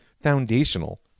foundational